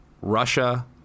Russia